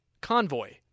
Convoy